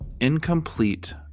Incomplete